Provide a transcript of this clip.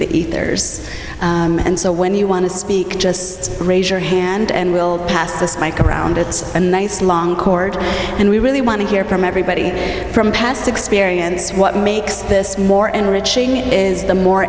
the ethers and so when you want to speak just raise your hand and we'll pass this mike around it's a nice long cord and we really want to hear from everybody from past experience what makes this more enriching is the more